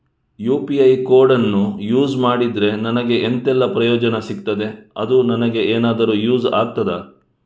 UPI ಕೋಡನ್ನು use ಮಾಡಿದ್ರೆ ನನಗೆ ಎಂಥೆಲ್ಲಾ ಪ್ರಯೋಜನ ಸಿಗ್ತದೆ, ಅದು ನನಗೆ ಎನಾದರೂ ಯೂಸ್ ಆಗ್ತದಾ?